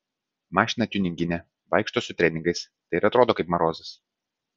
mašina tiuninginė vaikšto su treningais tai ir atrodo kaip marozas